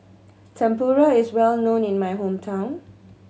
Tempura is well known in my hometown